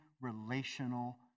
relational